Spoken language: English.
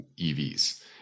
EVs